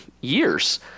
years